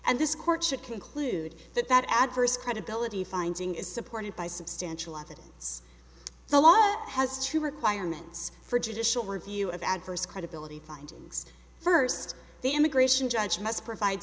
and this court should conclude that that adverse credibility finding is supported by substantial evidence the law has two requirements for judicial review of adverse credibility findings first the immigration judge must provide